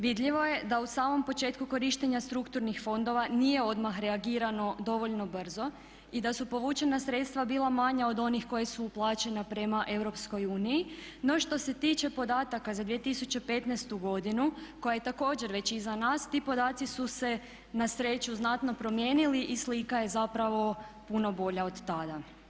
Vidljivo je da u samom početku korištenja strukturnih fondova nije odmah reagirano dovoljno brzo i da su povučena sredstva bila manja od onih koja su uplaćena prema EU no što se tiče podataka za 2015. godinu koja je također već iza nas ti podaci su se nasreću znatno promijenili i slika je zapravo puno bolja od tada.